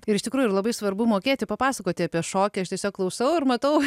ir iš tikrųjų labai svarbu mokėti papasakoti apie šokį aš tiesiog klausau ir matau